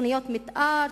תוכניות מיתאר,